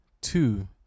two